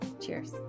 Cheers